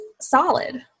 solid